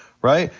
right?